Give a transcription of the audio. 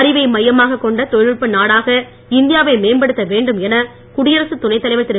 அறிவை மையமாக கொண்ட தொழில்நுட்ப நாடாக இந்தியாவை வேண்டும் மேம்படுத்த என குடியரசுத் துணைத் தலைவர்திரு